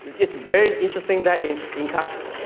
it's very interesting that in in class,